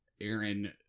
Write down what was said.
Aaron